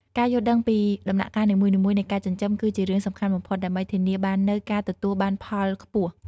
ការយល់ដឹងពីដំណាក់កាលនីមួយៗនៃការចិញ្ចឹមគឺជារឿងសំខាន់បំផុត ដើម្បីធានាបាននូវការទទួលបានផលខ្ពស់។